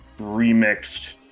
remixed